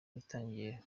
itangiye